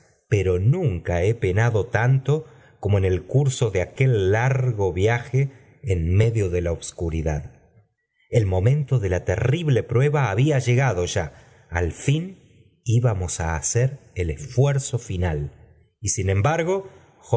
pero nunca he penado tanto como en el curso de aquel largo viaje en medio de la obscuridad el momento de la terrible prueba había llegado ya al lili íbamos á hacer el esfuerzo final y sin embargo